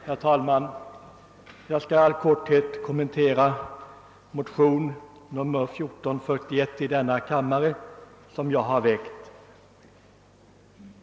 Herr talman! Jag skall i korhet kommentera motionen nr 1441 i denna kammare som jag har väckt.